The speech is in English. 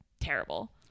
terrible